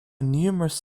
numerous